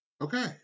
Okay